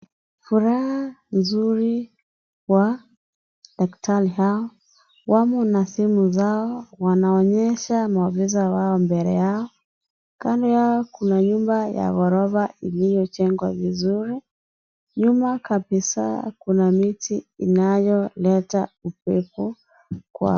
Furaha nzuri wa daktari hao. Wamo na simu zao, wanaonyesha maofisa wao mbele yao. Kando yao kuna nyumba ya ghorofa iliyojengwa vizuri. Nyuma kabisaa kuna miti inayoleta upepo kwa.